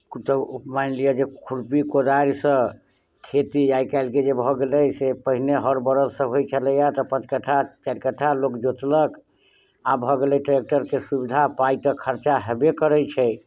ओ तऽ मानि लिअ जे खुरपी कोदारिसँ खेती आइकाल्हिके जे भऽ गेलै से पहिने हर बड़दसँ होइत छलैए तऽ पाँच कट्ठा चारि कट्ठा लोक जोतलक आब भऽ गेलै ट्रेक्टरके सुविधा आ पाइ तऽ खर्चा हेबे करैत छै